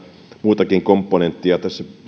muutakin komponenttia tässä